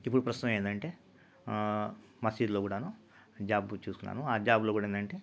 ఇపుడు ప్రస్తుతం ఏందంటే మసీదులో కూడాను జాబు చూసుకున్నాను జాబులో కూడా ఏందంటే